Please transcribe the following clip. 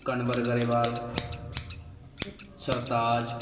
Kanwar Grewal Sartaj